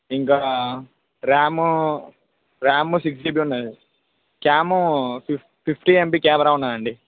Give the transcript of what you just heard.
ఇంకా RAM RAM six GB ఉన్నది cam ఫి ఫిఫ్టీ ఎంపీ క్యామెరా ఉన్నదండి